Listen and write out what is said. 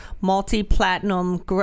multi-platinum